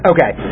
Okay